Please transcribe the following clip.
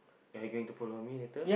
are you going to follow me later